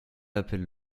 appelle